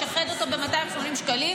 לשחד אותו ב-280 מיליון שקלים,